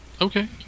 Okay